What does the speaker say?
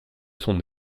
son